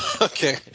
Okay